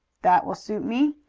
that will suit me.